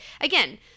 Again